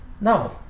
No